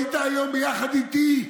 היית היום ביחד איתי,